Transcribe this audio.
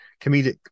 comedic